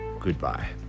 Goodbye